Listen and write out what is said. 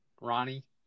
Ronnie